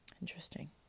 Interesting